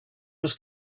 was